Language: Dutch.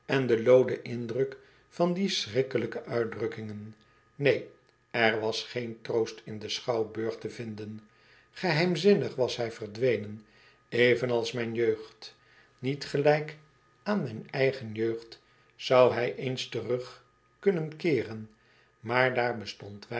en den looden indruk van die schrikkelijke uitdrukkingen neen er was geen troost in den schouwburg te vinden geheimzinnig was hij verdwenen evenals mijn jeugd niet gelijk aan mijn eigen jeugd zou hij eens terug kunnen keeren maar daar bestond